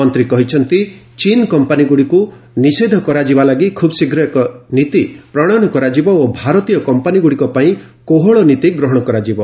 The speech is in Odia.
ମନ୍ତ୍ରୀ କହିଛନ୍ତି ଚୀନ୍ କମ୍ପାନୀଗୁଡ଼ିକୁ ନିଷେଧ କରାଯିବା ଲାଗି ଖୁବ୍ଶୀଘ୍ର ଏକ ନୀତି ପ୍ରଣୟନ କରାଯିବ ଓ ଭାରତୀୟ କମ୍ପାନୀଗୁଡ଼ିକ ପାଇଁ କୋହଳ ନୀତି ଗ୍ରହଣ କରାଯିବ